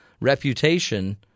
reputation